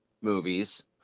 movies